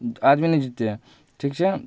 आदमी नहि जितै ठीक छै